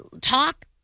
talk